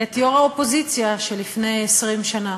את יו"ר האופוזיציה של לפני 20 שנה